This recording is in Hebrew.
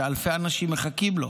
שאלפי אנשים מחכים לו.